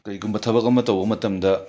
ꯀꯔꯤꯒꯨꯝꯕ ꯊꯕꯛ ꯑꯃ ꯇꯧꯕ ꯃꯇꯝꯗ